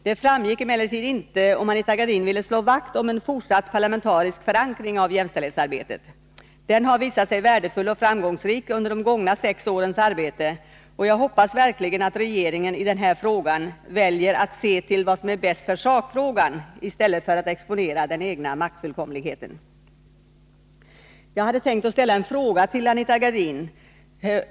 Det framgick emellertid inte om Anita Gradin ville slå vakt om en fortsatt parlamentarisk förankring av jämställdhetsarbetet. Den har visat sig värdefull och framgångsrik under de gångna sex årens arbete, och jag hoppas verkligen att regeringen i den här frågan väljer att se till vad som är bäst för sakfrågan i stället för att exponera den egna maktfullkomligheten. Jag hade tänkt ställa en fråga till Anita Gradin.